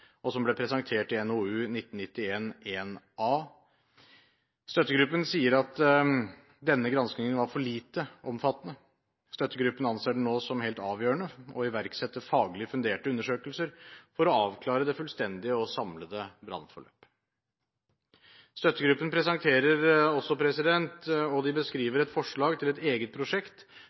og som ble presentert i NOU 1991:1A. Støttegruppen sier at denne granskingen var for lite omfattende. Støttegruppen anser den nå som helt avgjørende for å iverksette faglige funderte undersøkelser for å avklare det fullstendige og samlede brannforløp. Støttegruppen presenterer også, og de beskriver et forslag til, et eget prosjekt,